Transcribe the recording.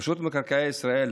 רשות מקרקעי ישראל,